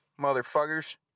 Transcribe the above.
motherfuckers